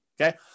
okay